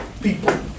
people